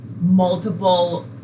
multiple